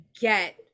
get